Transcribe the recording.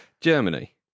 Germany